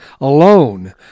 alone